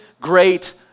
great